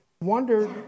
wondered